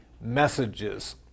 messages